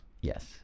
Yes